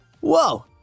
Whoa